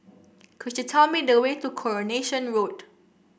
could you tell me the way to Coronation Road